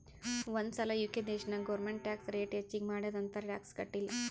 ಒಂದ್ ಸಲಾ ಯು.ಕೆ ದೇಶನಾಗ್ ಗೌರ್ಮೆಂಟ್ ಟ್ಯಾಕ್ಸ್ ರೇಟ್ ಹೆಚ್ಚಿಗ್ ಮಾಡ್ಯಾದ್ ಅಂತ್ ಟ್ಯಾಕ್ಸ ಕಟ್ಟಿಲ್ಲ